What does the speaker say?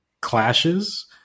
clashes